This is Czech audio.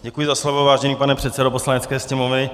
Děkuji za slovo, vážený pane předsedo Poslanecké sněmovny.